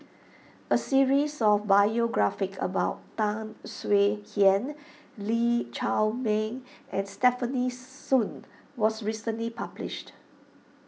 a series of biographies about Tan Swie Hian Lee Chiaw Meng and Stefanie Sun was recently published